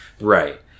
Right